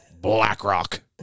Blackrock